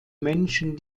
menschen